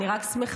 אני רק שמחה.